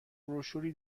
بروشوری